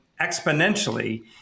exponentially